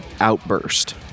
outburst